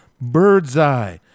Birdseye